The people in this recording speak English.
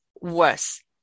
worse